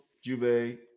Juve